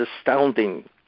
astounding